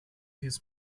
his